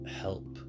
help